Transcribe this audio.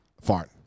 fart